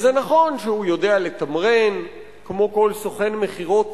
וזה נכון שהוא יודע לתמרן; כמו כל סוכן מכירות